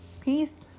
Peace